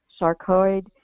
sarcoid